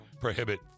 Prohibit